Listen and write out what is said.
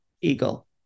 eagle